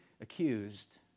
accused